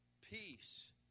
peace